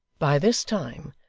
by this time,